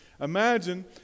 Imagine